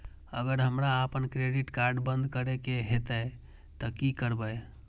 अगर हमरा आपन क्रेडिट कार्ड बंद करै के हेतै त की करबै?